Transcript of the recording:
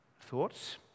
thoughts